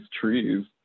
trees